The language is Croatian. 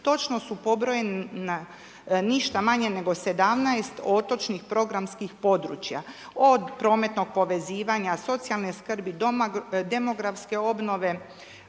Točno su pobrojana ništa manje nego 17 otočnih programskih područja, od prometnog povezivanja, socijalne skrbi, demografske obnove,